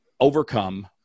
overcome